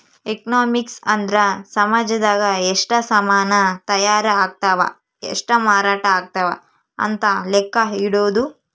economics ಅಂದ್ರ ಸಾಮಜದಾಗ ಎಷ್ಟ ಸಾಮನ್ ತಾಯರ್ ಅಗ್ತವ್ ಎಷ್ಟ ಮಾರಾಟ ಅಗ್ತವ್ ಅಂತ ಲೆಕ್ಕ ಇಡೊದು